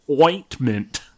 Ointment